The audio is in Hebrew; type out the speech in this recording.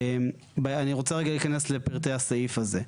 אני רוצה רגע להיכנס לפרטי הסעיף הזה.